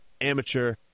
amateur